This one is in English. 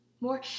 more